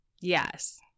Yes